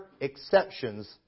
exceptions